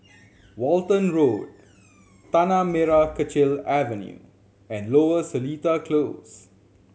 Walton Road Tanah Merah Kechil Avenue and Lower Seletar Close